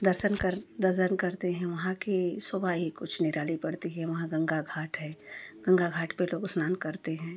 दर्शन कर दर्शन करते हैं वहाँ की शोभा ही कुछ निराली पड़ती है वहाँ गंगा घाट है गंगा घाट पर लोग स्नान करते हैं